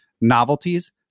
novelties